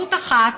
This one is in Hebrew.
אפשרות אחת,